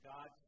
God